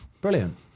brilliant